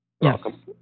welcome